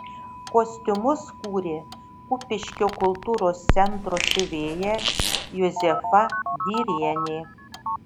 kostiumus kūrė kupiškio kultūros centro siuvėja juzefa dyrienė